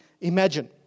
imagine